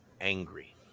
angry